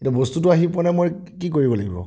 এতিয়া বস্তুটো আহি পোৱা নাই মই কি কৰিব লাগিব